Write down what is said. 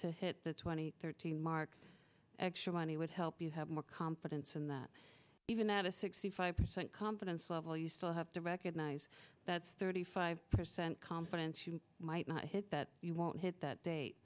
to hit the twenty thirty mark actual money would help you have more confidence in that even that a sixty five percent confidence level you still have to recognize that's thirty five percent confidence you might not hit that you won't hit that date